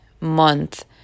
month